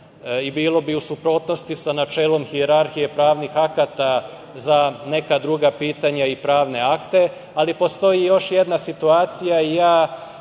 i bilo bi u suprotnosti sa načelom hijerarhije pravnih akata za neka druga pitanja i pravne akte. Ali postoji još jedna situacija i ja